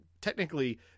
technically